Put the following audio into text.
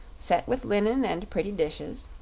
set with linen and pretty dishes,